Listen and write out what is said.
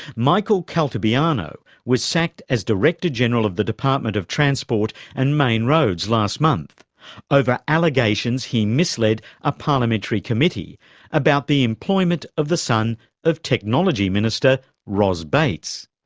michael caltabiano was sacked as director-general of the department of transport and main roads last month over allegations he misled a parliamentary committee about the employment of the son of technology minister ros bates.